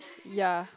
ya